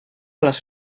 les